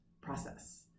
process